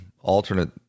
alternate